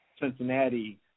Cincinnati